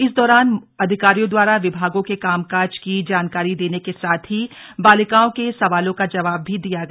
इस दौरान अधिकारियों द्वारा विभागों के काम काज की जानकारी देने के साथ ही बालिकाओं के सबालों का जबाव भी दिया गया